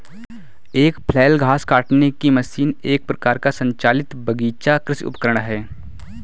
एक फ्लैल घास काटने की मशीन एक प्रकार का संचालित बगीचा कृषि उपकरण है